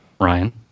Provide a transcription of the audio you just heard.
Ryan